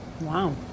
Wow